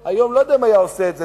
היום אולי הוא לא היה עושה את זה,